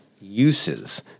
uses